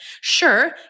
Sure